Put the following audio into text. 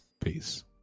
Peace